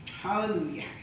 hallelujah